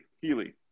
Healy